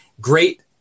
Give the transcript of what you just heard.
Great